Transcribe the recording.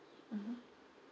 mmhmm